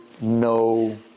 No